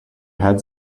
heads